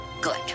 Good